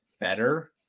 better